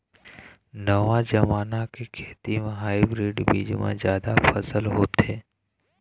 नवा जमाना के खेती म हाइब्रिड बीज म जादा फसल होथे